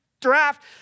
draft